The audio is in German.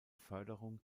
förderung